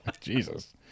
jesus